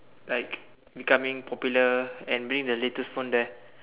like becoming popular and being the latest phone there